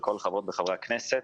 וכל חברות וחברי הכנסת,